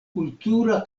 kultura